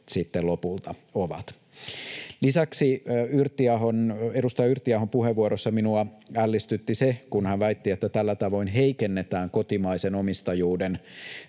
sitten lopulta ovat. Lisäksi edustaja Yrttiahon puheenvuorossa minua ällistytti se, kun hän väitti, että tällä tavoin heikennetään kotimaisen omistajuuden